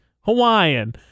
Hawaiian